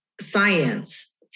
science